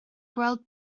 gweld